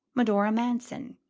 medora manson,